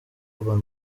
urban